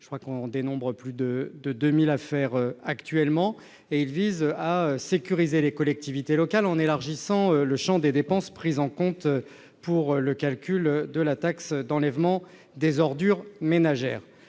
ou TEOM- on dénombre plus de 2 000 affaires pendantes. Cet article sécurise les collectivités locales en élargissant le champ des dépenses prises en compte pour le calcul de la taxe d'enlèvement des ordures ménagères.